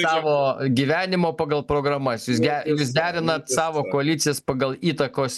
savo gyvenimo pagal programas jūs jūs derinat savo koalicijas pagal įtakos